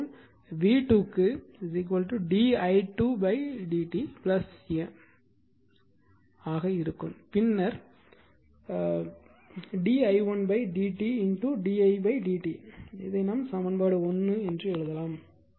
இதேபோல் v2 க்கு di2 dt M ஆக இருக்கும் பின்னர் d i1 dt d i dt இதை சமன்பாடு 1 என்று எழுதலாம்